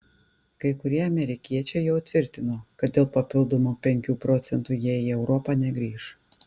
kai kurie amerikiečiai jau tvirtino kad dėl papildomų penkių procentų jie į europą negrįš